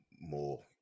more